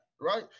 right